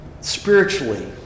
spiritually